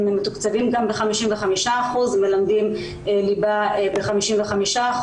הם מתוקצבים ב-55% והם מלמדים ליבה ב-55%.